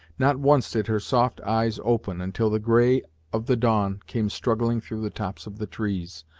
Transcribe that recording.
not once did her soft eyes open, until the grey of the dawn came struggling through the tops of the trees,